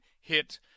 hit